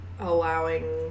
Allowing